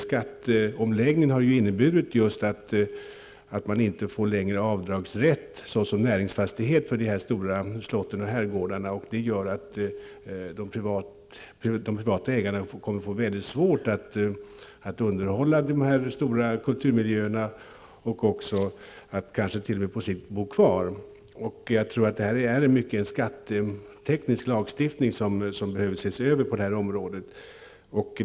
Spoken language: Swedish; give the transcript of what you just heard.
Skatteomläggningen har inneburit just att man inte längre får avdragsrätt såsom näringsfastighet för de här stora slotten och herrgårdarna. Det gör att de privata ägarna kommer att få det mycket svårt att underhålla dessa stora kulturmiljöer och kanske på sikt t.o.m. få det svårt att bo kvar. Jag tror att det är mycket skatteteknisk lagstiftning som behöver ses över på detta område.